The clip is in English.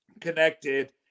connected